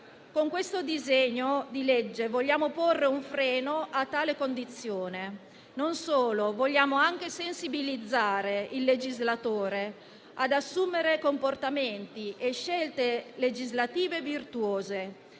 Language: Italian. Con questo disegno di legge non solo vogliamo porre un freno a tale condizione, ma vogliamo anche sensibilizzare il legislatore ad assumere comportamenti e scelte legislative virtuose